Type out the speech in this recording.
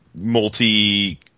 multi